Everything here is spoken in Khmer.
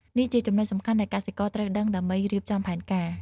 នេះជាចំណុចសំខាន់ដែលកសិករត្រូវដឹងដើម្បីរៀបចំផែនការ។